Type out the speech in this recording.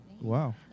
Wow